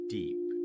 deep